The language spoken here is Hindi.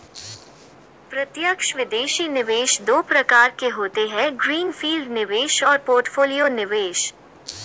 प्रत्यक्ष विदेशी निवेश दो प्रकार के होते है ग्रीन फील्ड निवेश और पोर्टफोलियो निवेश